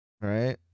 Right